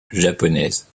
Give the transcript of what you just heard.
japonaise